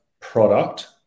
product